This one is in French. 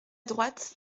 droite